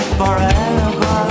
forever